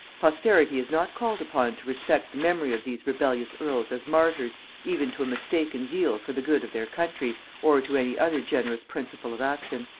posterity is not called upon to respect the memory of these rebellious earls as martyrs even to a mistaken zeal for the good of their country, or to any other generous principle of action.